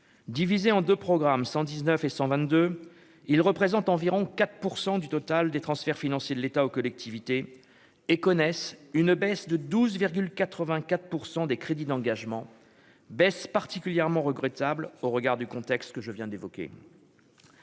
divisé en deux programme 119 et 122 ils représentent environ 4 % du total des transferts financiers de l'État aux collectivités et connaissent une baisse de 12,84 % des crédits d'engagement baisse particulièrement regrettable au regard du contexte que je viens d'évoquer.